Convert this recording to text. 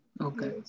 okay